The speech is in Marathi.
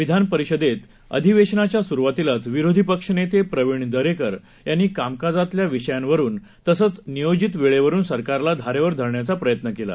विधानपरिषदेतअधिवेशनाच्यासुरूवातीलाचविरोधीपक्षनेतेप्रवीणदरेकरयांनीकामकाजातल्याविषयांवरूनतसंचनियोजितवेळेवरूनसरकार लाधारेवरधरण्याचाप्रयत्नकेला